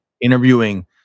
interviewing